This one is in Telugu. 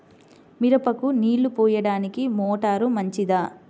మిరపకు నీళ్ళు పోయడానికి మోటారు మంచిదా?